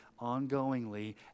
ongoingly